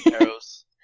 Arrows